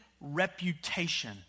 reputation